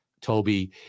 Toby